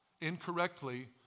incorrectly